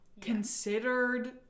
considered